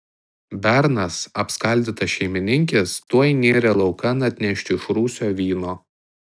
bernas apskaldytas šeimininkės tuoj nėrė laukan atnešti iš rūsio vyno